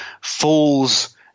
falls